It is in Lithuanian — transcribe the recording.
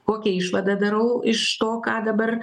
kokią išvadą darau iš to ką dabar